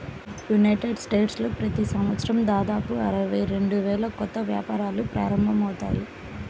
United స్టేట్స్లో ప్రతి సంవత్సరం దాదాపు అరవై రెండు వేల కొత్త వ్యాపారాలు ప్రారంభమవుతాయి